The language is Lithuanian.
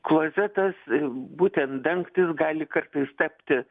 klozetas būtent dangtis gali kartais tapti